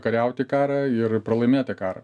kariauti karą ir pralaimėti karą